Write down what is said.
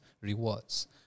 rewards